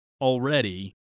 already